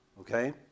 okay